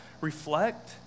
reflect